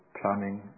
planning